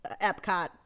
Epcot